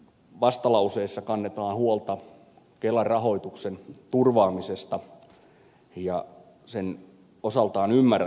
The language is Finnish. vastalauseessa kannetaan huolta kelan rahoituksen turvaamisesta ja osaltaan ymmärrän tämän huolen